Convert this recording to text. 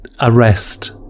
arrest